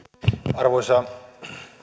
arvoisa